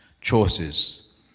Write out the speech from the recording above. choices